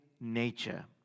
nature